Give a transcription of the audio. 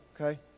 okay